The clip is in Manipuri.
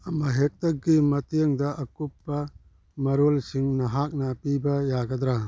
ꯑꯃ ꯍꯦꯛꯇꯒꯤ ꯃꯇꯦꯡꯗ ꯑꯀꯨꯞꯄ ꯃꯔꯣꯜꯁꯤꯡ ꯅꯍꯥꯛꯅ ꯄꯤꯕ ꯌꯥꯒꯗ꯭ꯔ